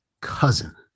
cousin